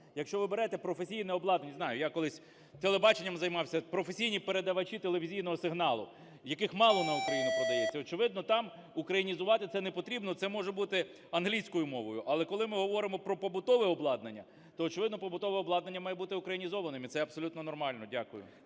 Якщо ви берете професійне обладнання, не знаю, я колись телебаченням займався, професійні передавачі телевізійного сигналу, яких мало на Україну продається, очевидно, там українізувати це непотрібно, це може бути англійською мовою. Але коли ми говоримо про побутове обладнання, то, очевидно, побутове обладнання має бути українізованим. І це абсолютно нормально. Дякую.